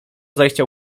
zajścia